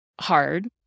hard